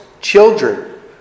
children